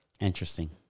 Interesting